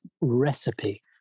recipe